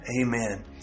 amen